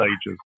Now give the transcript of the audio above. stages